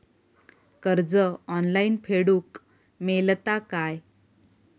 कर्ज ऑनलाइन फेडूक मेलता काय?